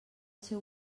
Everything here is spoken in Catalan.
seu